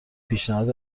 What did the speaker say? پیشنهاد